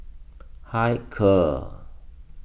Hilker